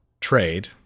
trade